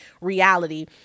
reality